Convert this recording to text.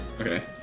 Okay